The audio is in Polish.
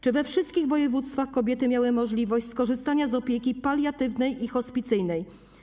Czy we wszystkich województwach kobiety miały możliwość skorzystania z opieki paliatywnej i hospicyjnej?